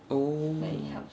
oh